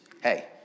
Hey